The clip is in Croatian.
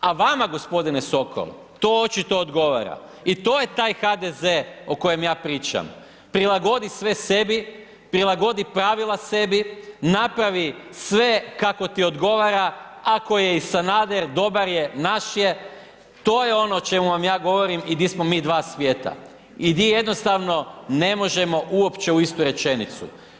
A vama g. Sokol, to očito odgovara i to je taj HDZ o kojem ja pričam, prilagodi sve sebi, prilagodi pravila sebi, napravi sve kako ti odgovara, ako je i Sanader, dobar je, naš je, to je ono o čemu vam ja govorim i di smo mi dva svijeta i di jednostavno ne možemo uopće u istu rečenicu.